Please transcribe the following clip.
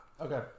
okay